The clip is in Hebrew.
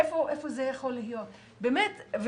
איפה זה יכול להיות, באמת.